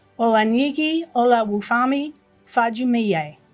olaniyi oluwafemi fadumiye